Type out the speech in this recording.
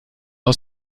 aus